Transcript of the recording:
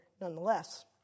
nonetheless